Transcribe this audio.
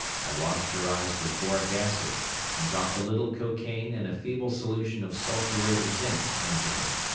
i washed her eyes with boric acid and dropped a little cocaine and a feeble solution of sulphurate of zinc into them.